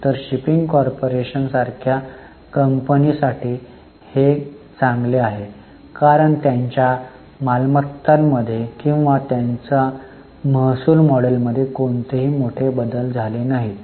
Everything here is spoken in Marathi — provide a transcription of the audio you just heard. तर शिपिंग कॉर्पोरेशन सारख्या कंपनी साठी हे चांगले आहे कारण त्यांच्या मालमत्तांमध्ये किंवा त्यांच्या महसूल मॉडेलमध्ये कोणतेही मोठे बदल झाले नाहीत